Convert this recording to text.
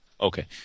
Okay